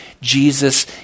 Jesus